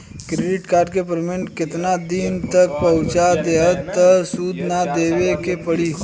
Credit card के payment केतना दिन तक चुका देहम त सूद ना देवे के पड़ी?